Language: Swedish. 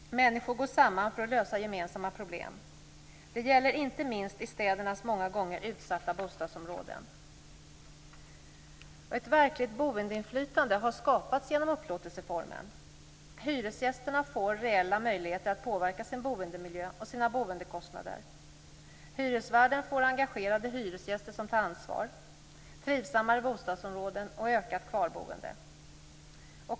Människor går samman för att lösa gemensamma problem. Det gäller inte minst i städernas många gånger utsatta bostadsområden. Ett verkligt boendeinflytande har skapats genom upplåtelseformen. Hyresgästerna får reella möjligheter att påverka sin boendemiljö och sina boendekostnader. Hyresvärden får engagerade hyresgäster som tar ansvar, trivsammare bostadsområden och ökat kvarboende.